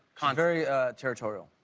um very territorial.